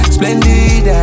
Splendid